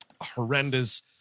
horrendous